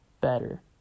better